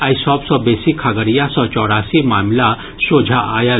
आइ सभ सँ बेसी खगड़िया सँ चौरासी मामिला सोझा आयल